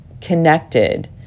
connected